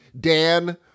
Dan